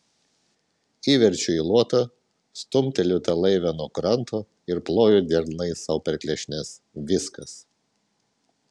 įverčiu į luotą stumteliu tą laivę nuo kranto ir ploju delnais sau per klešnes viskas